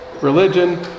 religion